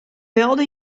belde